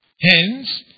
Hence